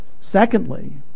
Secondly